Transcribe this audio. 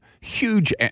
huge